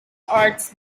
arts